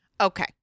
Okay